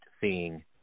seeing